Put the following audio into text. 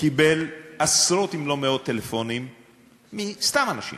קיבל עשרות אם לא מאות טלפונים מסתם אנשים